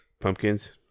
pumpkins